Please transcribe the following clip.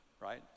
right